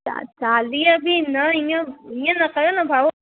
तव्हां चालीह बि न इहो इहो न कयो न भाऊ